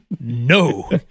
No